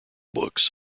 books